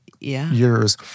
years